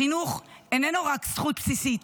חינוך איננו רק זכות בסיסית,